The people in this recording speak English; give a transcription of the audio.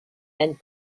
and